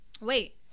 Wait